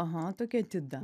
aha tokia atida